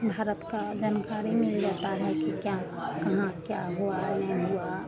भारत की जानकारी मिल जाती है कि क्या कहाँ क्या हुआ नहीं हुआ